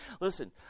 Listen